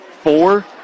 four